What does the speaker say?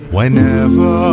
Whenever